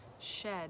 shed